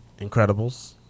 Incredibles